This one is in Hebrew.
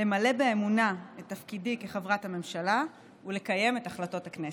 למלא באמונה את תפקידי כחברת הממשלה ולקיים את החלטות הכנסת.